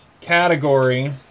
category